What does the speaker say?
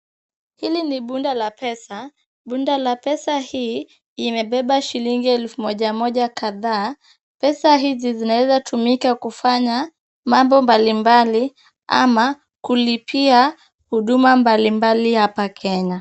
Hili ni bunda la pesa, bunda la pesa hili limebeba shilingi elfu moja moja kadhaa .Pesa hizi zinawezatumika kufanya mambo mbalimbali ama kulipia huduma mbalimbali hapa Kenya.